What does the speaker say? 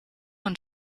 und